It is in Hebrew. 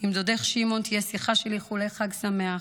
עם דודך שמעון תהיה שיחה של איחולי חג שמח,